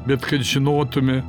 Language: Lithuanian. bet kad žinotume